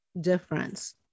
difference